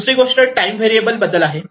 दुसरी गोष्ट time variable बद्दल आहे